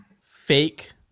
fake